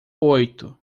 oito